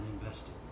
invested